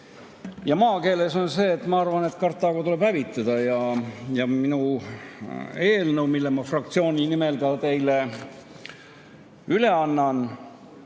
Maakeeles on see: "Ma arvan, et Kartaago tuleb hävitada." Minu eelnõu, mille ma fraktsiooni nimel teile üle annan,